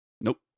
Nope